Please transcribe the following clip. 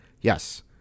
Yes